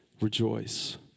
rejoice